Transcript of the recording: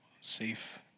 safe